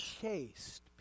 chased